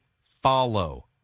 follow